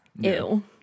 Ew